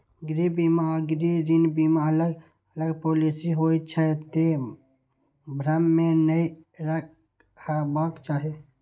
गृह बीमा आ गृह ऋण बीमा अलग अलग पॉलिसी होइ छै, तें भ्रम मे नै रहबाक चाही